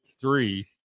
three